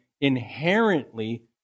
inherently